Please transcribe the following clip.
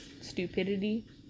Stupidity